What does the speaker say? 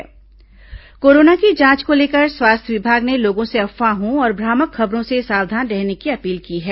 corona social media corona की जांच को लेकर स्वास्थ्य विभाग ने लोगों को अफवाहों और भ्रामक खबरों से सावधान रहने की अपील की है